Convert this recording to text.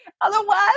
Otherwise